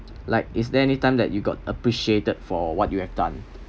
like is there anytime that you got appreciated for what you have done